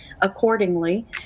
accordingly